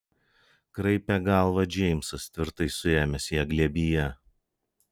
kraipė galvą džeimsas tvirtai suėmęs ją glėbyje